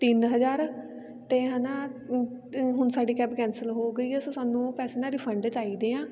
ਤਿੰਨ ਹਜ਼ਾਰ ਅਤੇ ਹੈ ਨਾ ਹੁਣ ਸਾਡੀ ਕੈਬ ਕੈਂਸਲ ਹੋ ਗਈ ਹੈ ਸੋ ਸਾਨੂੰ ਪੈਸੇ ਨਾ ਰਿਫੰਡ ਚਾਹੀਦੇ ਆ